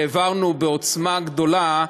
שהעברנו בעוצמה גדולה,